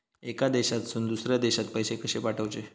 एका देशातून दुसऱ्या देशात पैसे कशे पाठवचे?